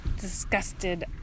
disgusted